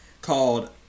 called